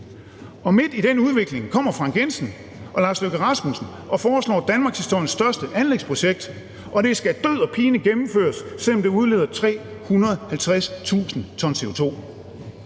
Og midt i den udvikling kommer Frank Jensen og Lars Løkke Rasmussen og foreslår danmarkshistoriens største anlægsprojekt, og det skal død og pine gennemføres, selv om det udleder 350.000 t CO2.